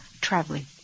traveling